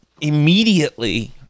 immediately